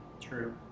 True